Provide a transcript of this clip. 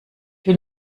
will